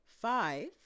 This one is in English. Five